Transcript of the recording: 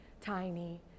tiny